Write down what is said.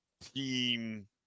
team